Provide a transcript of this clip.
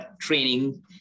training